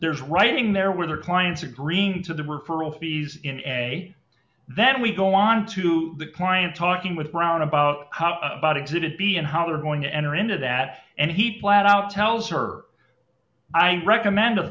there's writing there with her clients agreeing to the referral fees in a then we go on to the client talking with brown about how about exhibit b and how they're going to enter into that and he pled out tells her i recommend